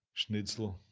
schnitzel,